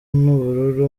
n’ubururu